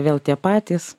vėl tie patys